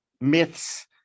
myths